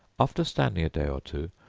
after standing a day or two,